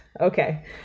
Okay